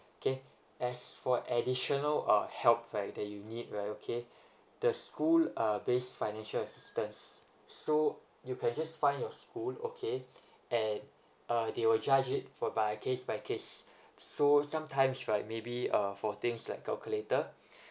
okay as for additional uh help right that you need right okay the school uh based financial assistance so you can just find your school okay and uh they will judge it for by case by case so sometimes right maybe uh for things like calculator